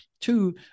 two